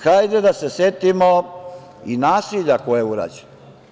Hajde da se setimo i nasilja koje je urađeno.